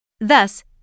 Thus